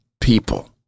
people